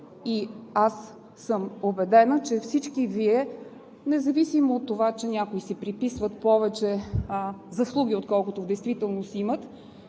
реактивни. Убедена съм, независимо от това, че някои си приписват повече заслуги, отколкото в действителност имат,